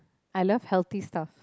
I love healthy stuff